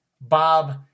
Bob